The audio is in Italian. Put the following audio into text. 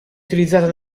utilizzata